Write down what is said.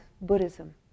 Buddhism